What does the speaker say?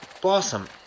Blossom